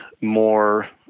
more